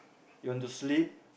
you want to sleep